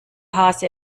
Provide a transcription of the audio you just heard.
hase